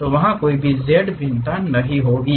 तो वहाँ कोई z भिन्नता नहीं होगी